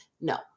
No